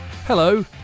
Hello